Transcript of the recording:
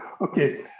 Okay